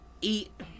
eat